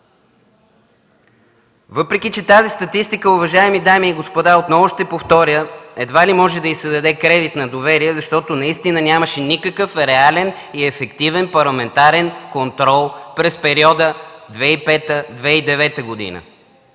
Въпреки че на тази статистика, уважаеми дами и господа, отново ще повторя, едва ли може да й се даде кредит на доверие, защото наистина нямаше никакъв реален и ефективен парламентарен контрол през периода 2005-2009 г.